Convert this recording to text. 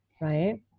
right